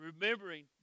remembering